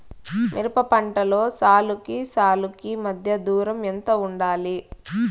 మిరప పంటలో సాలుకి సాలుకీ మధ్య దూరం ఎంత వుండాలి?